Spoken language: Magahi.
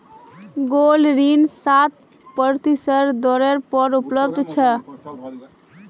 गोल्ड ऋण सात प्रतिशतेर दरेर पर उपलब्ध छ